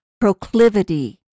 proclivity